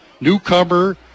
newcomer